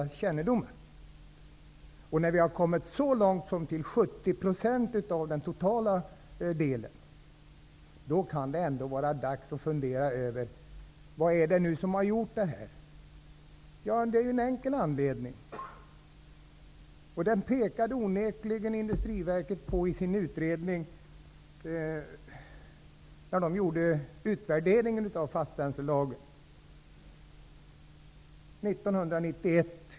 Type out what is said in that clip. När vi kommit så långt att det är 70 % kan det ändå vara dags att fundera över vad som gjort att det blivit så. Ja, det finns en enkel förklaring. Det påpekade onekligen Energiverket i sin utredning i samband med utvärderingen av fastbränslelagen i augusti 1991.